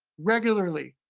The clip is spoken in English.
regularly.